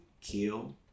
kill